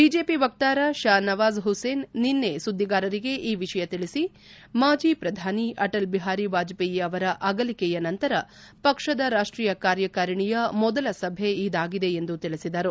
BJP ವಕ್ತಾರ ಷಾ ನವಾಜ್ ಹುಸೇನ್ ನಿನ್ನೆ ಸುದ್ದಿಗಾರರಿಗೆ ಈ ವಿಷಯ ತಿಳಿಸಿ ಮಾಜಿ ಪ್ರಧಾನಿ ಅಟಲ್ ಬಿಹಾರಿ ವಾಜಪೇಯಿ ಅವರ ಅಗಲಿಕೆಯ ನಂತರ ಪಕ್ಷದ ರಾಷ್ಷೀಯ ಕಾರ್ಯಕಾರಿಣಿಯ ಮೊದಲ ಸಭೆ ಇದಾಗಿದೆ ಎಂದು ತಿಳಿಸಿದರು